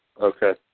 okay